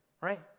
right